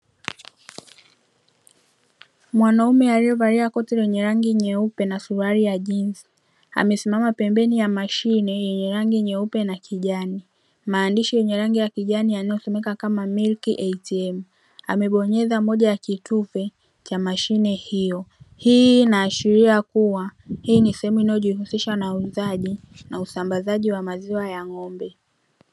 Mwanamume aliyevalia kote duniani nyeupe na suruali ya jinsi amesimama pembeni ya mashine yenye rangi nyeupe na kijani. Maandishi yenye rangi ya kijani yanayotumika kama ''milk ATM'' amebonyeza moja ya kitufe cha mashine hiyo. Hii inaashiria kuwa hii ni sehemu inayojihusisha na uuzaji na usambazaji wa maziwa ya ng'ombe.